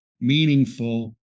meaningful